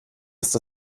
ist